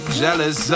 jealous